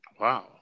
Wow